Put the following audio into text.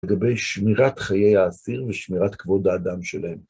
לגבי שמירת חיי האסיר ושמירת כבוד האדם שלהם.